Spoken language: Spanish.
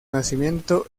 nacimiento